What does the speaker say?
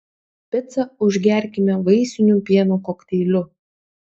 picą užgerkime vaisiniu pieno kokteiliu